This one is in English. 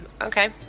okay